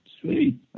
Sweet